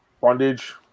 Bondage